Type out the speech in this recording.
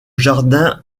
jardin